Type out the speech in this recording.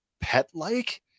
pet-like